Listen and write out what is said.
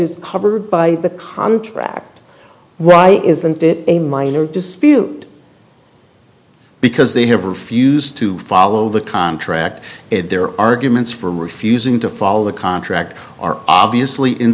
is covered by the contract why isn't it a minor dispute because they have refused to follow the contract and their arguments for refusing to follow the contract are obviously